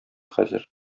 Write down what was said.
хәзер